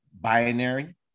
binary